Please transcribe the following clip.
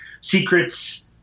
secrets